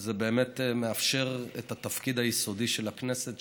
וזה באמת מאפשר את התפקיד היסודי של הכנסת,